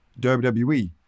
WWE